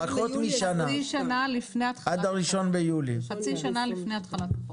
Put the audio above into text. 1 ביולי 2021. חצי שנה לפני התחלת החוק.